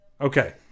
Okay